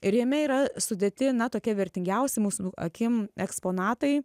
ir jame yra sudėti na tokie vertingiausi mūsų akim eksponatai